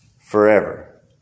forever